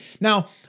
Now